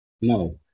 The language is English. No